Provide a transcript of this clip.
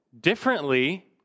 differently